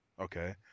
Okay